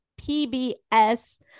PBS